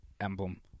emblem